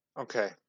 Okay